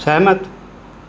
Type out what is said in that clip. ਸਹਿਮਤ